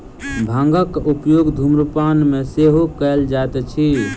भांगक उपयोग धुम्रपान मे सेहो कयल जाइत अछि